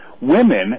Women